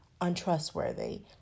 untrustworthy